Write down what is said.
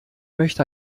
möchte